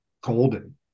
golden